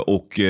Och